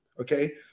Okay